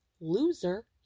loser